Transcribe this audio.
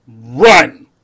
Run